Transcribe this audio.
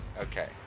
Okay